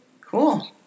cool